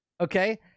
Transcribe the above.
okay